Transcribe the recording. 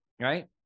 right